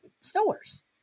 stores